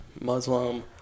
Muslim